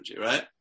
right